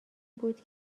بود